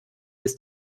bis